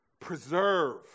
preserve